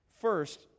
First